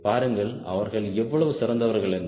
பாருங்கள் அவர்கள் எவ்வளவு சிறந்தவர்கள் என்று